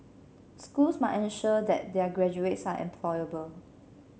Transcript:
schools must ensure that their graduates are employable